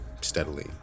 steadily